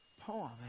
poem